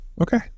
Okay